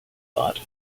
thought